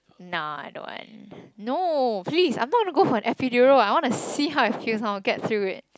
nah I don't want no please I thought I want to go for an epidural I want to see how it feels I want to get through it